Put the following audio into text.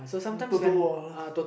photo wall